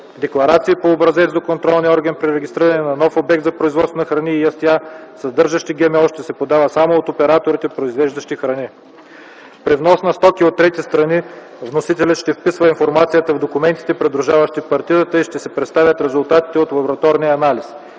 Декларации по образец до контролния орган при регистриране на нов обект за производство на храни и ястия, съдържащи ГМО ще подават само операторите, произвеждащи храни. При внос на стоки от трети страни, вносителят ще вписва информацията в документите, придружаващи партидата и ще представя резултатите от лабораторния анализ.